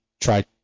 try